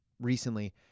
recently